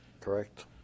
Correct